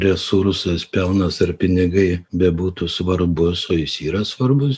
resursas pelnas ar pinigai bebūtų svarbus o jis yra svarbus